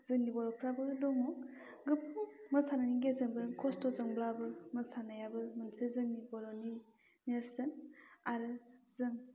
जोंनि बर'फ्राबो दङ गोबां मोसानायनि गेजेरजों गोबां खस्थ'जोंब्लाबो मोसानायाबो मोनसे जोंनि बर'नि नेरसोन आरो जों